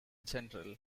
general